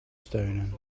steunen